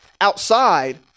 outside